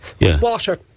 Water